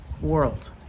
world